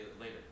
later